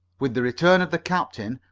with the return of the captain,